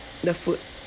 the food